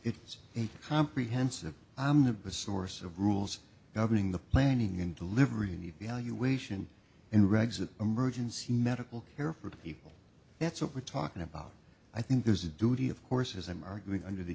was a comprehensive i'm the best source of rules governing the planning and delivery an evaluation and regs of emergency medical care for the people that's what we're talking about i think there's a duty of course as i'm arguing under the